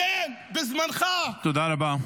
כן, בזמנך -- תודה רבה.